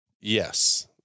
Yes